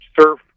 surf